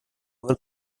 our